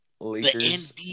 Lakers